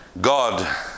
God